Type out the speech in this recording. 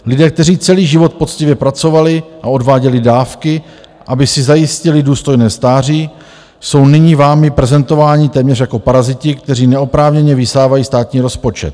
Lidé, kteří celý život poctivě pracovali a odváděli dávky, aby si zajistili důstojné stáří, jsou nyní vámi prezentováni téměř jako paraziti, kteří neoprávněně vysávají státní rozpočet.